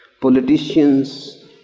politicians